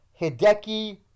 Hideki